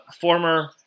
former